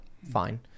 fine